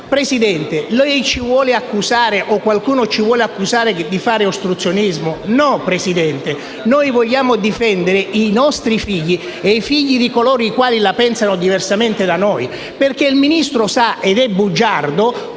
Presidente, lei o altri ci volete accusare di fare ostruzionismo? No, signor Presidente. Noi vogliamo difendere i nostri figli e i figli di coloro i quali la pensano diversamente da noi. Il Ministro sa - ed è bugiardo